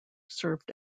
served